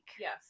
Yes